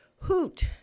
hoot